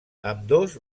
ambdós